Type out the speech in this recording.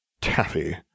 Taffy